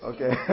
Okay